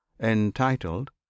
entitled